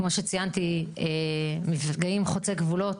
כמו שציינתי, מפגעים חוצי גבולות.